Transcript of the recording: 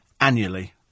annually